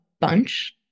bunch